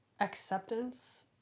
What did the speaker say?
acceptance